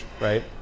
right